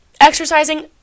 exercising